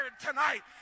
tonight